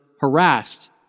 harassed